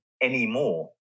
anymore